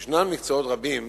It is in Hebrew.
יש מקצועות רבים